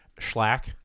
Schlack